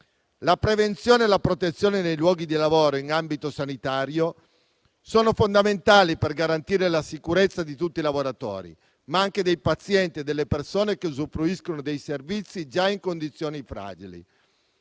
La prevenzione e la protezione nei luoghi di lavoro in ambito sanitario sono fondamentali per garantire la sicurezza di tutti i lavoratori, ma anche dei pazienti e delle persone che usufruiscono dei servizi già in condizioni fragili.